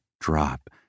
drop